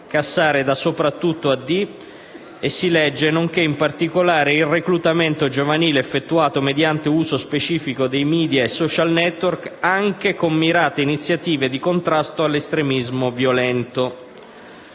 parte del paragrafo nel seguente modo: «nonché in particolare il reclutamento giovanile effettuato mediante uso specifico di media e *social network*, anche con mirate iniziative di contrasto all'estremismo violento».